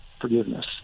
forgiveness